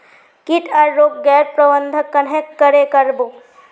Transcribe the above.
किट आर रोग गैर प्रबंधन कन्हे करे कर बो?